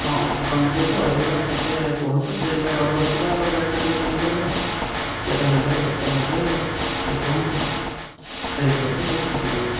ହଁ ଅଧିକ ନେବେଯେ ଅଧିକଟା କେତେ କୁହନ୍ତୁ ସେହି ହିସାବରେ ଅର୍ଡ଼ର୍ ରଖିବା ଆଉ ରେଟ୍ ଫେଟ୍ ବି କମ୍ କରିବା କେବେ ନେବେ କେତେ ନେବେ ଟିକିଏ କୁହନ୍ତୁ ସେହି ହିସାବରେ ରେଟ୍ କାଟିଦେବି